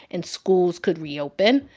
and schools could reopen.